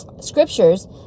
scriptures